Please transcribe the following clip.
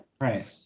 Right